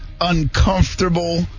uncomfortable